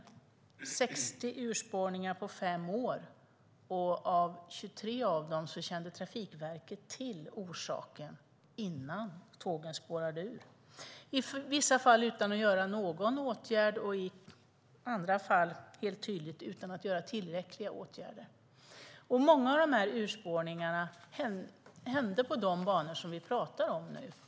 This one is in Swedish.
Det var 60 urspårningar på fem år, och för 23 av dem kände Trafikverket till orsaken innan tågen spårade ur, i vissa fall utan att vidta någon åtgärd och i andra fall helt tydligt utan att vidta tillräckliga åtgärder. Många av dessa urspårningar hände på de banor som vi pratar om nu.